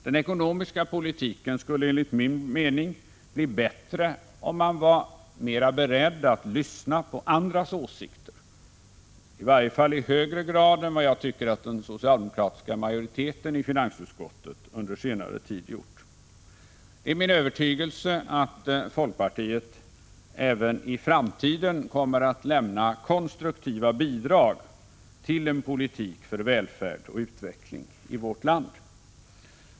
Den ekonomiska politiken skulle enligt min mening bli bättre om man var mera beredd att lyssna på andras åsikter, i varje fall i högre grad än vad jag tycker att den socialdemokratiska majoriteten i finansutskottet under senare tid har gjort. Det är min övertygelse att folkpartiet även i framtiden kommer att lämna konstruktiva bidrag till en politik för välfärd och utveckling i vårt land.